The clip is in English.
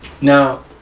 Now